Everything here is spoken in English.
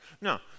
No